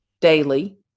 daily